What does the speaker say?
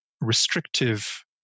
restrictive